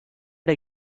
der